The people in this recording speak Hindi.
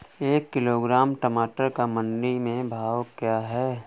एक किलोग्राम टमाटर का मंडी में भाव क्या है?